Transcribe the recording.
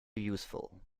useful